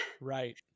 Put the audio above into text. Right